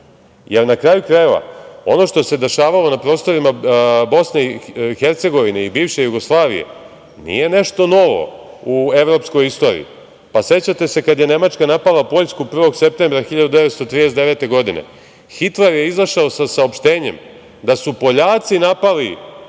za Račak, jer ono što se dešavalo na prostorima BiH i bivše Jugoslavije nije nešto novo u evropskoj istoriji.Sećate se kada je Nemačka napala Poljsku 1. septembra 1939. godine. Hitler je izašao sa saopštenjem da su Poljaci napali nemačku